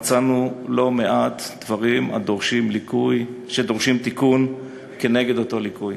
מצאנו לא מעט דברים שדורשים תיקון כנגד אותו ליקוי.